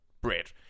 bread